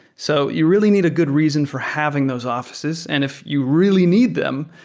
so you really need a good reason for having those offices. and if you really need them,